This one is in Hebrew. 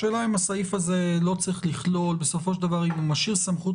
השאלה אם הסעיף הזה לא צריך לכלול - בסופו של דבר אם הוא משאיר סמכות